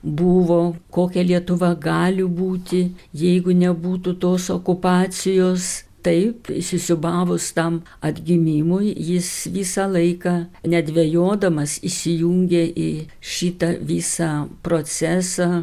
buvo kokia lietuva gali būti jeigu nebūtų tos okupacijos taip įsisiūbavus tam atgimimui jis visą laiką nedvejodamas įsijungė į šitą visą procesą